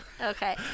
Okay